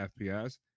FPS